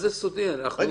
שוב אני אומרת.